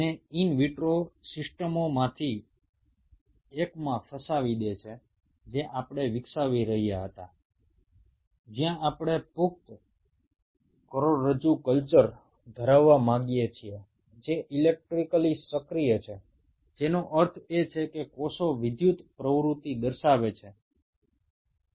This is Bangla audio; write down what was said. ইনভিট্রো সিস্টেমে ইলেক্ট্রিকালি অ্যাক্টিভ অর্থাৎ যার কোষগুলো ইলেকট্রিক্যাল অ্যাক্টিভিটি প্রদর্শন করে সেইরকম অ্যাডাল্ট স্পাইনাল কর্ড কালচার তৈরি করতে গিয়ে এই সমস্যাটি আমাকে অত্যন্ত ভাবিয়েছিল যে কিভাবে এই বিষয়টি অর্জন করা সম্ভব